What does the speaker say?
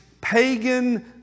Pagan